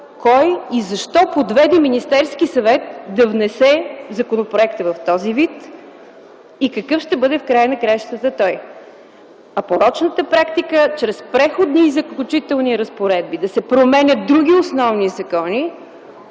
кой и защо подведе Министерския съвет да внесе законопроекта в този вид и какъв ще бъде в края на краищата той? А порочната практика чрез преходни и заключителни разпоредби да се променят други основни закони